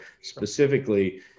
specifically